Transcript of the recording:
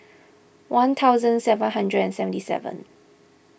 one thousand seven hundred and seventy seven